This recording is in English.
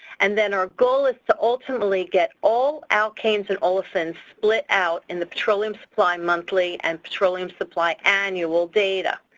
and then our goal is to ultimately get all alkanes and olefins split out in the petroleum supply monthly and the petroleum supply annual data,